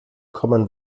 common